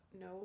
no